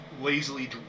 lazily